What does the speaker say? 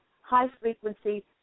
high-frequency